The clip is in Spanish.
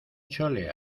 chole